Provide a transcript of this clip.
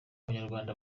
abanyarwanda